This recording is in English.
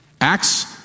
Acts